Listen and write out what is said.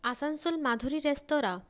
Asansol Madhuri রেস্তোরাঁ